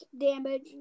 damage